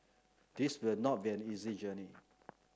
this will not be an easy journey